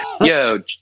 Yo